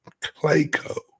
Clayco